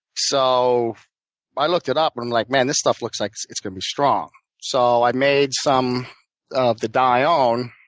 so i looked it up, and i'm like, man, this stuff looks like it's going to be strong. so i made some of the dione,